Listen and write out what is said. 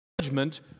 judgment